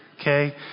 okay